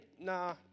nah